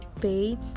pay